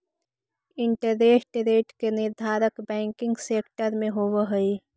interest rate के निर्धारण banking sector में होवऽ हई